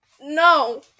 No